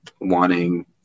wanting